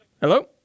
Hello